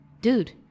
dude